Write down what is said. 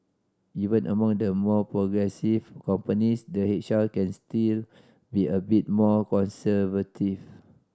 even among the more progressive companies the H R can still be a bit more conservative